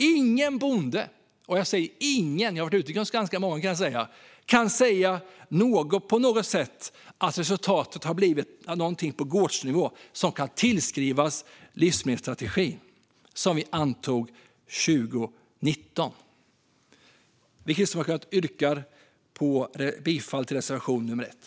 Ingen bonde - jag har varit ute hos ganska många - kan säga att resultatet på gårdsnivå har varit något som kunnat tillskrivas den livsmedelsstrategi som vi antog 2017. Jag yrkar bifall till reservation nummer 1.